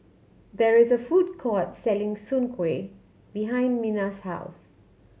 there is a food court selling Soon Kuih behind Minna's house